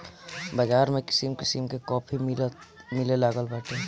बाज़ार में किसिम किसिम के काफी मिलेलागल बाटे